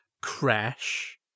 Crash